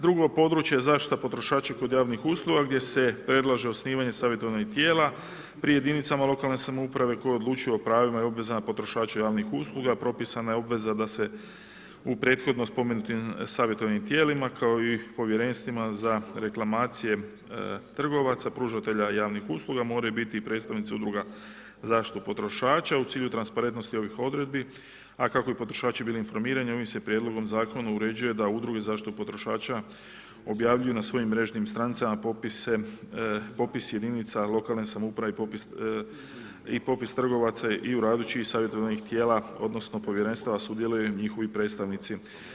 Drugo područje zaštita potrošača kod javnih usluga gdje se predlaže osnivanje savjetodavnih tijela pri jedinicama lokalne samouprave koja odlučuje o pravima i obvezama potrošača javnih usluga, propisana je obveza da se u prethodno spomenutim savjetodavnim tijelima, kao i povjerenstvima za reklamacije trgovaca, pružatelja javnih usluga moraju biti predstavnici udruga zaštita potrošača u cilju transparentnosti ovih odredbi, a kako bi potrošači bili informirani ovim se prijedlogom zakona uređuje da udruge zaštitu potrošača objavljuju na svojim mrežnim stranicama popis jedinica lokalne samouprave i popis trgovaca i ... savjetodavnih tijela, odnosno povjerenstava sudjeluju njihovi predstavnici.